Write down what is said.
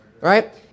right